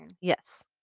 yes